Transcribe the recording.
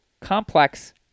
complex